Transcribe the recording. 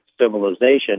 civilization